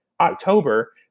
October